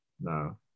No